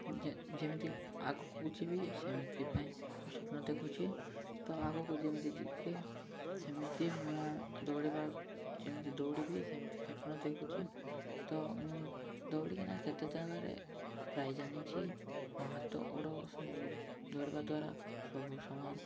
ଯେ ଯେମିତି ଆଗକୁ ଯିବି ସେମିତି ପାଇଁ ମୋ ସ୍ଵପ୍ନ ଦେଖୁଚି ତ ଆଗକୁ ଯେମିତି ଯିବି ସେମିତି ମୁଁ ଦୌଡ଼ିବା ଯେମିତି ଦୌଡ଼ିବି ସେମିତି ସ୍ଵପ୍ନ ଦେଖୁଛି ତ ମୁଁ ଦୌଡ଼ିକି ନା କେତେ ଜାଗାରେ ପ୍ରାଇଜ୍ ଆଣିଛି ମୋ ହାତ ଗୋଡ଼ ସବୁ ଦୌଡ଼ିବା ଦ୍ୱାରା ସବୁ ସମୟ